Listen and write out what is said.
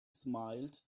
smiled